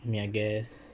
I guess